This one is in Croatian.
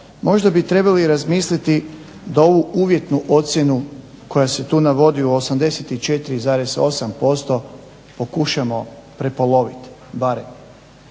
možda bi trebali razmisliti da ovu uvjetnu ocjenu koja se tu navodi u 84,8% pokušamo prepoloviti barem.